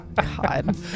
god